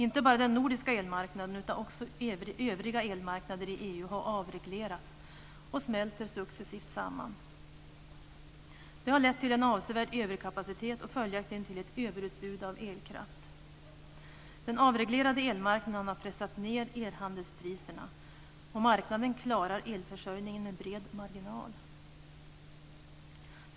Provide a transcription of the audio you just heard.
Inte bara den nordiska elmarknaden utan också övriga elmarknader i EU har avreglerats och smälter successivt samman. Det har lett till en avsevärd överkapacitet och följaktligen till ett överutbud av elkraft. Den avreglerade elmarknaden har pressat ned elhandelspriserna. Marknaden klarar elförsörjningen med bred marginal.